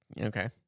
okay